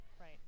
right